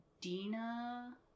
Dina